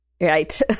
Right